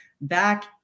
back